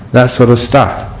that sort of stuff